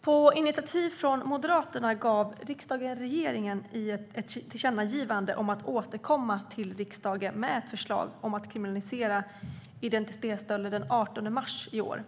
På initiativ från Moderaterna gav riksdagen den 18 mars i år regeringen ett tillkännagivande om att återkomma till riksdagen med ett förslag om att kriminalisera identitetsstölder.